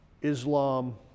islam